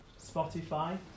Spotify